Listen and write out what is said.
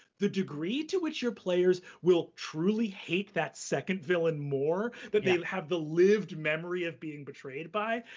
the degree to which your players will truly hate that second villain more, that they have the lived memory of being betrayed by.